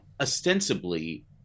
ostensibly